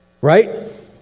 Right